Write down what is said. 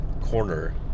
corner